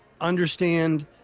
understand